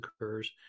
occurs